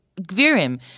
gvirim